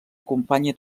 acompanya